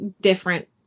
different